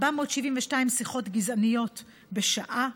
472 שיחות גזעניות בשעה,